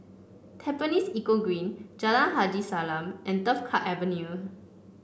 Tampines Eco Green Jalan Haji Salam and Turf Club Avenue